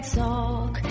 talk